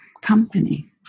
company